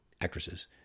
actresses